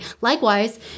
Likewise